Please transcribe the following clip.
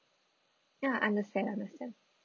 ya understand understand